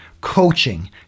coaching